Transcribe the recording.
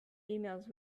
emails